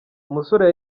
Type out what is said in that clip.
umusore